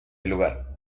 lugar